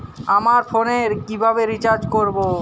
আমার ফোনে কিভাবে রিচার্জ করবো?